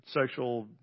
sexual